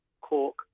Cork